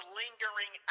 lingering